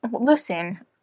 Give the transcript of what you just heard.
Listen